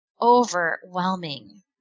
overwhelming